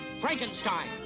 Frankenstein